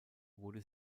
wurde